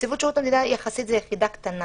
נציבות שירות המדינה היא יחסית יחידה קטנה,